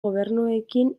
gobernuekin